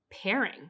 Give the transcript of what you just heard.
pairing